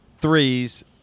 threes